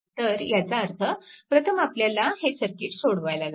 तर ह्याचा अर्थ प्रथम आपल्याला हे सर्किट सोडवायला लागेल